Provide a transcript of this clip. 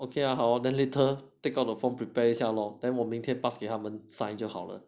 yeah hor then later take out the form prepare 一下咯 then 我明天 pass 给他们 sign 就好了